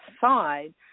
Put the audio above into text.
side